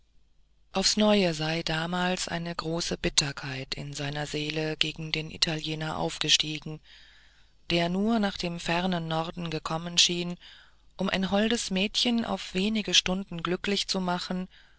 aufs neue sei damals eine große bitterkeit in seiner seele gegen den italiener aufgestiegen der nur nach dem fernen norden gekommen schien um ein holdes mädchen auf wenige stunden glücklich zu machen